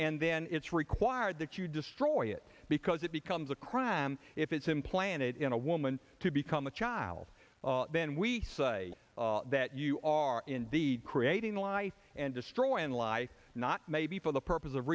and then it's required that you destroy it because it becomes a crime if it's implanted in a woman to become a child then we say that you are indeed creating life and destroying life not maybe for the purpose of